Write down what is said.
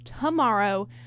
tomorrow